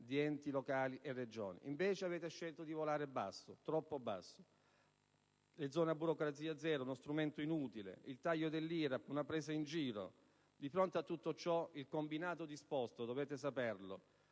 di enti locali e Regioni. Invece avete scelto di volare basso, troppo basso: le zone a burocrazia zero, uno strumento inutile; il taglio dell'IRAP, una presa in giro. Di fronte a tutto ciò, il combinato disposto - dovete saperlo